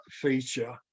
feature